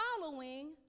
following